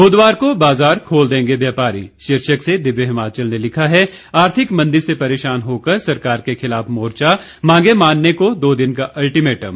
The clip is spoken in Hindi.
बुधवार को बाजार खोल देंगे व्यापारी शीर्षक से दिव्य हिमाचल ने लिखा है आर्थिक मंदी से परेशान होकर सरकार के खिलाफ मोर्चा मांगें मानने को दो दिन का अल्टीमेटम